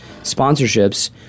sponsorships